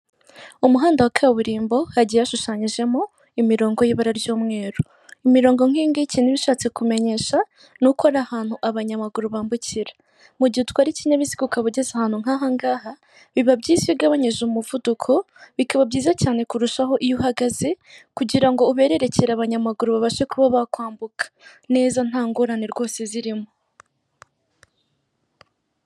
Umuhanda wa kaburimbo hagiye hashushanyijemo imirongo y'ibara ry'umweru, imirongo nk'ingiyi ikintu ibi ishatse kumenyesha ni uko ari ahantu abanyamaguru bambukira, mu gihe utwara ikinyabiziga ukaba ugeze ahantu nk'ahangaha biba byiza iyo ugabanyije umuvuduko bikaba byiza cyane kurushaho iyo uhagaze kugira ngo ubererekere abanyamaguru babashe kuba bakwambuka neza nta ngorane rwose zirimo.